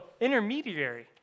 intermediary